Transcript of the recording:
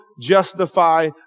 justify